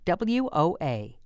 WOA